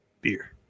beer